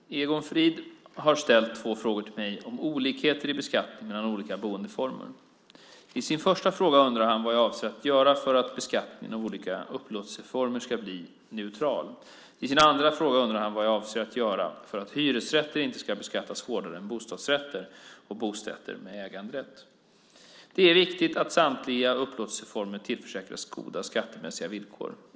Fru talman! Egon Frid har ställt två frågor till mig om olikheter i beskattning mellan olika boendeformer. I sin första fråga undrar han vad jag avser att göra för att beskattningen av olika upplåtelseformer ska bli neutral. I sin andra fråga undrar han vad jag avser att göra för att hyresrätter inte ska beskattas hårdare än bostadsrätter och bostäder med äganderätt. Det är viktigt att samtliga upplåtelseformer tillförsäkras goda skattemässiga villkor.